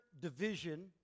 division